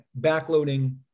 backloading